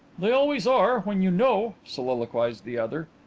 they always are when you know, soliloquized the other.